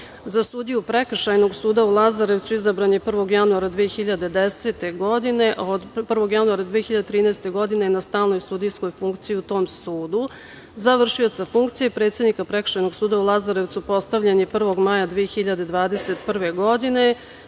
Za sudiju Prekršajnog suda u Lazarevcu izabran je 1. januara 2010. godine. Od 1. januara 2013. godine je na stalnoj sudijskog funkciji u tom sudu.Za vršioca funkcije predsednika Prekršajnog suda u Lazarevcu postavljen je 1. maja 2021. godine.